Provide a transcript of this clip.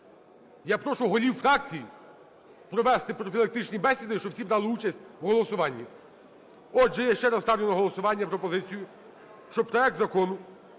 Я прошу голів фракцій провести профілактичні бесіди, щоб всі брали участь в голосуванні. Отже, я ще раз ставлю на голосування пропозицію, щоб проект Закону